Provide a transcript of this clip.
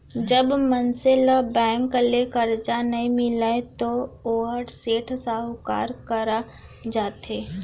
जब मनसे ल बेंक ले करजा नइ मिलय तो वोहर सेठ, साहूकार करा जाथे